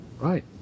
Right